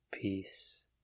peace